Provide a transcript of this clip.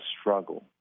struggle